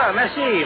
merci